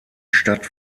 stadt